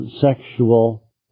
sexual